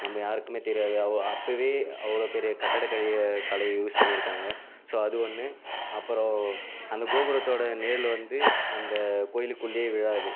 நம்ப யாருக்கும் தெரியாது அப் அப்போவே அவ்வளோ பெரிய கட்டிடக்கலை கலை யூஸ் பண்ணி இருக்காங்க ஸோ அது ஒன்று அப்புறம் அந்த கோபுரத்தோடய நிழல் வந்து அந்த கோயிலுக்குள்ளயே விழாது